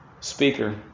speaker